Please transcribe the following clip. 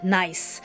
nice